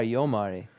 Yomari